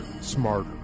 smarter